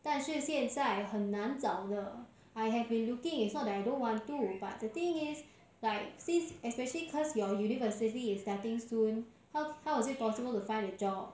但是现在很难找的 I have been looking it's not that I don't want to but the thing is like since especially cause your university is starting soon how how is it possible to find a job